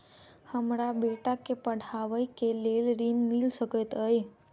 हमरा बेटा केँ पढ़ाबै केँ लेल केँ ऋण मिल सकैत अई?